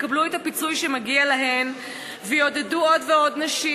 מבקשת להבטיח שנשים יקבלו את הפיצוי שמגיע להן ויעודדו עוד ועוד נשים